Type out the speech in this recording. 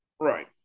Right